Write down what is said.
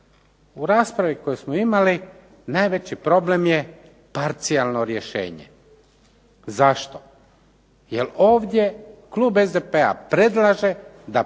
U raspravi koji smo imali najveći problem je parcijalno rješenje. Zašto? Jer ovdje klub SDP-a predlaže da